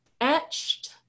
etched